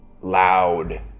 loud